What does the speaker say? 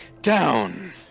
down